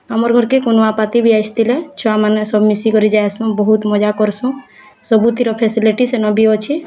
ଆମର୍ ଘରକେ କୁନିଆପାତି ବି ଆସିଥିଲେ ଛୁଆମାନେ ସବୁ ମିଶିକରି ଯାଏସୁଁ ବହୁତ୍ ମଜା କର୍ସୁଁ ସବୁଥିର ଫେସିଲିଟି ସେନ ବି ଅଛି